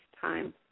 time